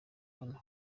kano